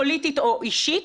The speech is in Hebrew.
פוליטית או אישית,